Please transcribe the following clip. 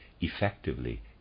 effectively